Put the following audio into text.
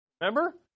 Remember